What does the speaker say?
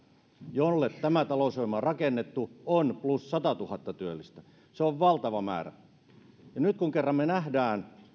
jolle tämä talousohjelma on rakennettu on plus satatuhatta työllistä se on valtava määrä ja nyt kun kerran me näemme